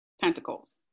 pentacles